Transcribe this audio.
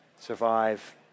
survive